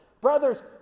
brothers